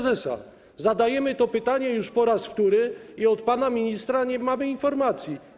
Zadajemy to pytanie już po raz wtóry i od pana ministra nie mamy informacji.